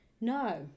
no